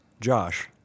Josh